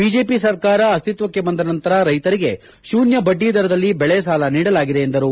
BJP ಸರ್ಕಾರ ಅಸ್ತಿತ್ವಕ್ಷೆ ಬಂದ ನಂತರ ರೈತರಿಗೆ ಶೂನ್ಯ ಬಡ್ಡಿದರದಲ್ಲಿ ದೆಳೆಸಾಲ ನೀಡಲಾಗಿದೆ ಎಂದರು